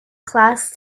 class